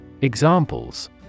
Examples